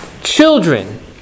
children